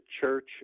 Church